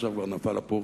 ועכשיו כבר נפל הפור,